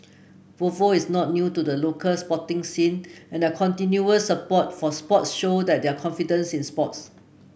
Volvo is not new to the local sporting scene and their continuous support for sports show that their confidence in sports